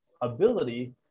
ability